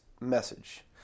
message